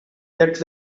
yet